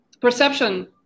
perception